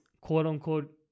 quote-unquote